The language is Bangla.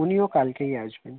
উনিও কালকেই আসবেন